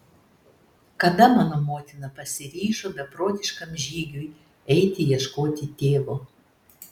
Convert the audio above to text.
kada mano motina pasiryžo beprotiškam žygiui eiti ieškoti tėvo